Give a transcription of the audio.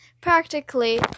practically